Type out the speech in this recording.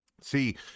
see